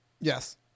Yes